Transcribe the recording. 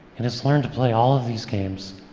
and it's learned to play all of these games,